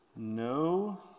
No